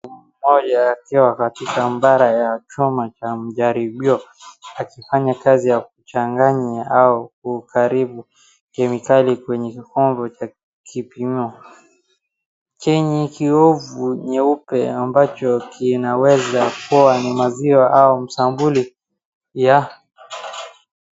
Mtu mmoja akiwa katika maabara ya chumba cha mjaribio akifanya kazi ya kuchanganya au kukaribu kemikali kwenye kikombe cha kipimio chenye kiovu nyeupe ambacho kinaweza kuwa ni maziwa au msambuli ya.